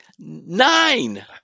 nine